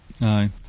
Aye